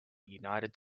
united